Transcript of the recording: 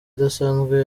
idasanzwe